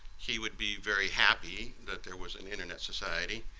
he would be very happy that there was an internet society,